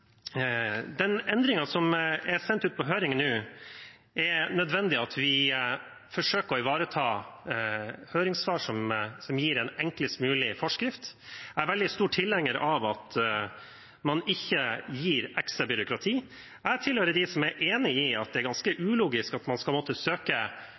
den endringen som er sendt ut på høring nå, er det nødvendig at vi forsøker å ivareta høringssvar som gir en enklest mulig forskrift. Jeg er veldig stor tilhenger av at det ikke gir ekstra byråkrati. Jeg tilhører dem som er enig i at det er ganske